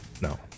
No